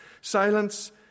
Silence